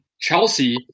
Chelsea